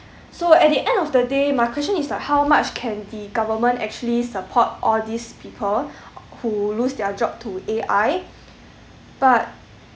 so at the end of the day my question is like how much can the government actually support all these people who lose their job to A_I but